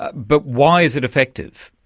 but why is it effective?